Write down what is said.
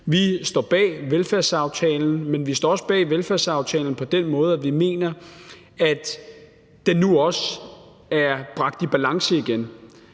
Vi står bag velfærdsaftalen, men vi står også bag velfærdsaftalen på den måde, at vi mener, at den nu også er bragt i balance igen,